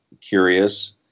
curious